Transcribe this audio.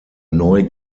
neu